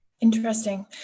Interesting